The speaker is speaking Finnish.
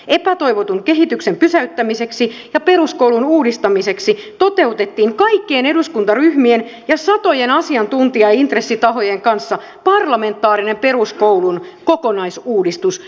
epätoivotun kehityksen pysäyttämiseksi ja peruskoulun uudistamiseksi toteutettiin kaikkien eduskuntaryhmien ja satojen asiantuntijaintressitahojen kanssa parlamentaarinen peruskoulun kokonaisuudistus